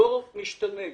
הדור משתנה.